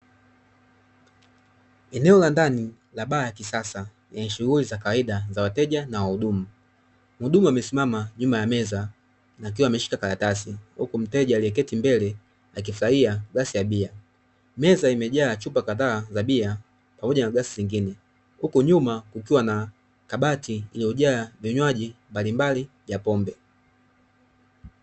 Eneo la ndani la baa ya kisasa yenye shughuli za kawaida za wateja na wahudumu. Mhudumu amesimama nyuma ya meza akiwa ameshika karatasi huku mteja aliyeketi mbele akifurahia glasi ya bia. Meza imejaa chupa kadhaa za bia pamoja na glasi zingine, huku nyuma kukiwa na kabati lililojaa vinywaji mbalimbali vya pombe.